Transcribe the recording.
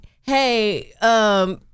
hey